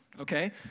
okay